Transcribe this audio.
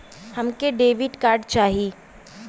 हमके debit card चाही?